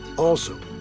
also,